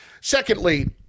Secondly